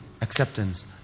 acceptance